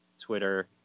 twitter